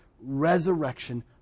resurrection